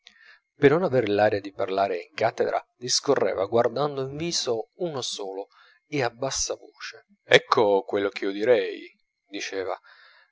per non aver l'aria di parlare in cattedra discorreva guardando in viso uno solo e a bassa voce ecco quello che io direi diceva quello